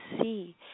see